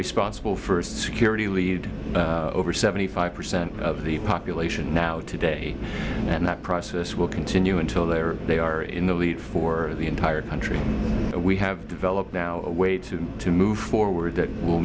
responsible first security lead over seventy five percent of the population now today and that process will continue until they are they are in the lead for the entire country we have developed now wait to move forward that will